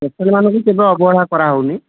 couple ମାନଙ୍କୁ କେବେ ଅବହେଳା କରା ହଉନି